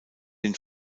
den